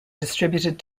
distributed